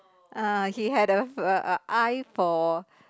uh he had a eye for